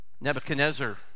Nebuchadnezzar